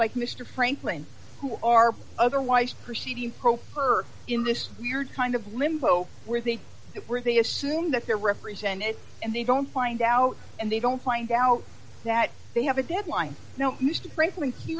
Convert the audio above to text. like mr franklin who are otherwise perceive her in this weird kind of limbo where think that where they assume that they're represented and they don't find out and they don't find out that they have a deadline he